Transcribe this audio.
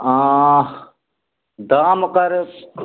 दाम ओकर